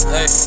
Hey